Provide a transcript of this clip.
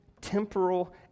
temporal